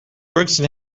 gregson